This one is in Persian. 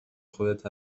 خودت